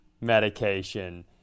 medication